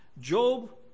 Job